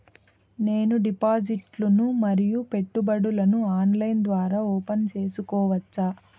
నేను డిపాజిట్లు ను మరియు పెట్టుబడులను ఆన్లైన్ ద్వారా ఓపెన్ సేసుకోవచ్చా?